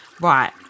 Right